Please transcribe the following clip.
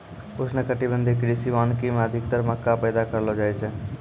उष्णकटिबंधीय कृषि वानिकी मे अधिक्तर मक्का पैदा करलो जाय छै